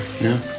No